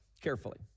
carefully